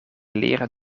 leren